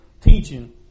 teaching